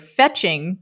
fetching